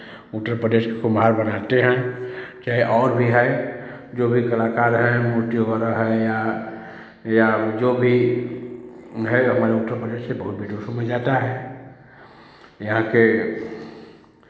उत्तर प्रदेश के कुम्हार बनाते हैं चाहे और भी है जो भी कलाकार हैं मूर्तियों वाला है या या जो भी है हमारे उत्तर प्रदेश के बहुत विदेशों में जाता है यहाँ के